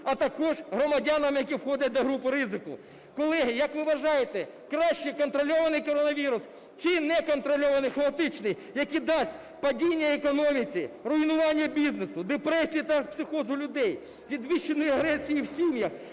а також громадянам, які входять до групи ризику. Колеги, як ви вважаєте, краще контрольований коронавірус чи неконтрольований, хаотичний, який дасть падіння економіки, руйнування бізнесу, депресії та психоз у людей, підвищення агресії в сім'ях,